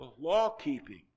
law-keeping